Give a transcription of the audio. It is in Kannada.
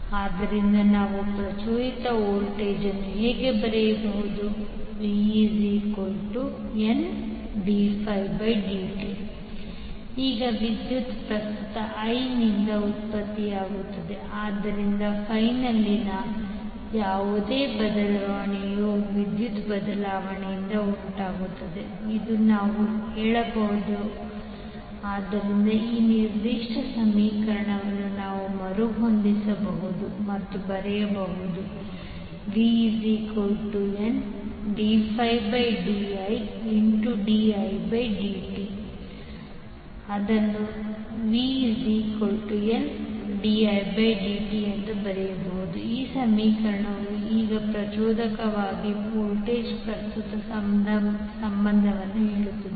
ಆದ್ದರಿಂದ ನಾವು ಪ್ರಚೋದಿತ ವೋಲ್ಟೇಜ್ ಅನ್ನು ಹೇಗೆ ಬರೆಯಬಹುದು v N dΦ dt ಈಗ ವಿದ್ಯುತ್ ಪ್ರಸ್ತುತ i ನಿಂದ ಉತ್ಪತ್ತಿಯಾಗುತ್ತದೆ ಆದ್ದರಿಂದ ನಲ್ಲಿನ ಯಾವುದೇ ಬದಲಾವಣೆಯು ವಿದ್ಯುತ್ ಬದಲಾವಣೆಯಿಂದ ಉಂಟಾಗುತ್ತದೆ ಎಂದು ನಾವು ಹೇಳಬಹುದು ಆದ್ದರಿಂದ ಈ ನಿರ್ದಿಷ್ಟ ಸಮೀಕರಣವನ್ನು ನಾವು ಮರುಹೊಂದಿಸಬಹುದು ಮತ್ತು ಬರೆಯಬಹುದು ಹಾಗೆ vNddididtLdidt ಈ ಸಮೀಕರಣವು ಈಗ ಪ್ರಚೋದಕಗಳಿಗೆ ವೋಲ್ಟೇಜ್ ಪ್ರಸ್ತುತ ಸಂಬಂಧವನ್ನು ಹೇಳುತ್ತದೆ